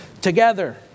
together